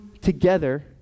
together